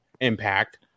Impact